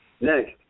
Next